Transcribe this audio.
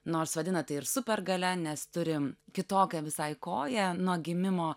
nors vadina tai ir supergalia nes turi kitokią visai koją nuo gimimo